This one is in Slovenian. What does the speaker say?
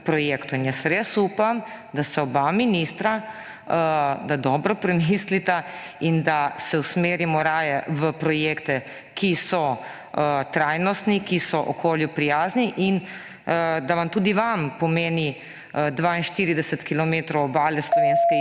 Jaz res upam, da oba ministra dobro premislita in da se usmerimo raje v projekte, ki so trajnostni, ki so okolju prijazni; in da tudi vam pomeni 42 kilometrov obale slovenske Istre